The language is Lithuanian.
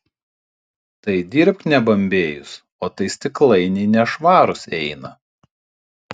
tai dirbk nebambėjus o tai stiklainiai nešvarūs eina